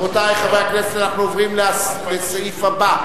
רבותי חברי הכנסת, אנחנו עוברים לסעיף הבא.